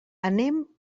anem